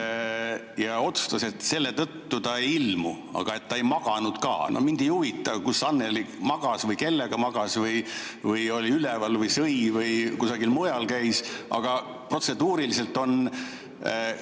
aga otsustas, et selle tõttu ta ei ilmu. Aga ta ei maganud ka. Mind ei huvita, kus Annely magas või kellega magas või oli üleval või sõi või käis kusagil mujal. Aga protseduuriliselt: